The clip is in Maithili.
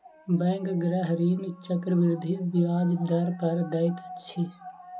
बैंक गृह ऋण चक्रवृद्धि ब्याज दर पर दैत अछि